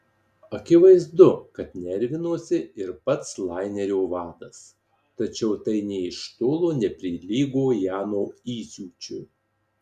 akivaizdu kad nervinosi ir pats lainerio vadas tačiau tai nė iš tolo neprilygo jano įsiūčiui